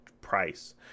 price